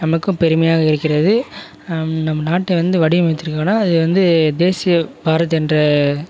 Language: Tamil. நமக்கும் பெருமையாக இருக்கிறது நம்ம நாட்டை வந்து வடிவமைச்சிருக்கிறதுனா அதை வந்து தேசிய பாரத் என்ற